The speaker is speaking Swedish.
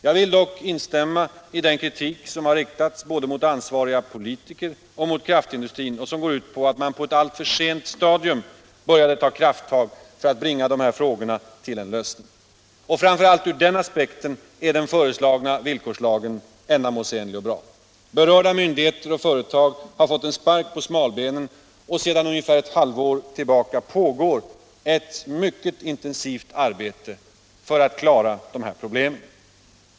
Jag vill dock instämma i den kritik som har riktats både mot ansvariga politiker och mot kärnkraftsindustrin och som går ut på att man på ett alltför sent stadium började ta krafttag för att bringa dessa frågor till en lösning. Framför allt ur den aspekten är den föreslagna villkorslagen ändamålsenlig och bra. Berörda myndigheter och företag har fått en spark på smalbenen, och sedan ungefär ett halvår tillbaka pågår ett mycket — Nr 107 intensivt arbete för att klara dessa problem.